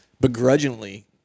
begrudgingly